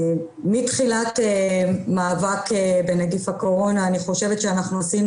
מתחילת המאבק בנגיף הקורונה אני חושבת שאנחנו עשינו